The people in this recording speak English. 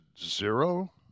zero